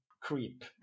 creep